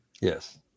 Yes